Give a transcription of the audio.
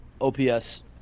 OPS